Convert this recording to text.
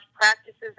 practices